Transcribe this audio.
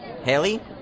Haley